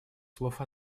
слов